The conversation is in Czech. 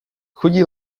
chudí